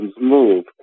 move